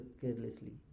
carelessly